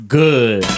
good